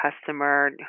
customer